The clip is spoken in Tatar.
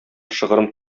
шыгрым